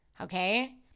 Okay